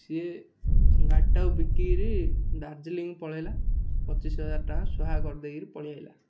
ସିଏ ଗାଡ଼ିଟାକୁ ବିକି କରି ଦାର୍ଜିଲିଙ୍ଗ ପଳାଇଲା ପଚିଶ ହଜାର ଟଙ୍କା ସ୍ୱହା କରିଦେଇ କରି ପଳାଇ ଆସିଲା